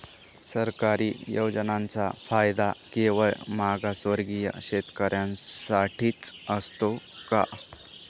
सरकारी योजनांचा फायदा केवळ मागासवर्गीय शेतकऱ्यांसाठीच असतो का?